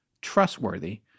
trustworthy